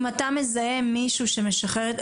אם אתה מזהה מישהו שמשחרר,